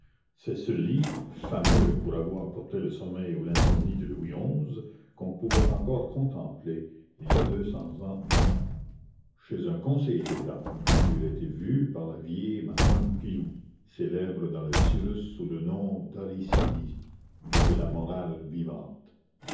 c'est ce lit fameux pour avoir porté le sommeil ou l'insomnie de louis xi qu'on pouvait encore contempler il y a deux cents ans chez un conseiller d'état où il a été vu par la vieille madame pilou célèbre dans le cyrus sous le nom d'arricidie et de la morale vivante